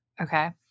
okay